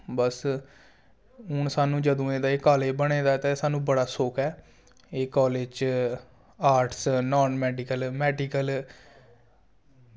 ते हून जदूं दा एह् कॉलेज बने दा सानूं सुख ऐ इस कॉलेज च आर्ट्स नान मेडिकल मेडिकल